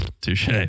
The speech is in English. Touche